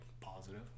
positive